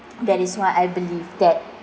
that is why I believe that